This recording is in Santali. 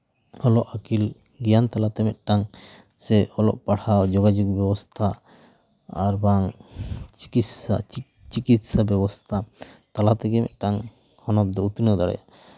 ᱚᱞᱚᱜ ᱟᱹᱠᱤᱞ ᱜᱮᱭᱟᱱ ᱛᱟᱞᱟᱛᱮ ᱢᱤᱫᱴᱟᱝ ᱥᱮ ᱚᱞᱚᱜ ᱯᱟᱲᱦᱟᱣ ᱡᱳᱜᱟᱡᱳᱜᱽ ᱵᱮᱵᱚᱥᱛᱷᱟ ᱟᱨ ᱵᱟᱝ ᱪᱤᱠᱤᱛᱥᱟ ᱪᱤᱠᱤᱛᱥᱟ ᱵᱮᱵᱚᱥᱛᱷᱟ ᱛᱟᱞᱟ ᱛᱮᱜᱮ ᱢᱤᱫᱴᱟᱝ ᱦᱚᱱᱚᱛ ᱫᱚ ᱩᱛᱱᱟᱹᱣ ᱫᱟᱲᱮᱭᱟᱜᱼᱟ